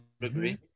agree